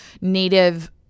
native